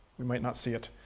we might not see it.